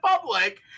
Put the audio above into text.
public